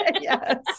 Yes